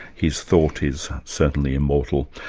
his thought is certainly immortal.